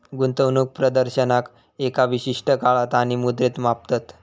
गुंतवणूक प्रदर्शनाक एका विशिष्ट काळात आणि मुद्रेत मापतत